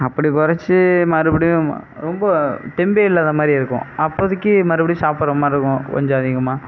அப்படி குறைச்சி மறுபடியும் ரொம்ப தெம்பே இல்லாத மாதிரி இருக்கும் அப்போதைக்கி மறுபடி சாப்பிட்ற மாதிரி இருக்கும் கொஞ்சம் அதிகமாக